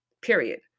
period